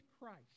christ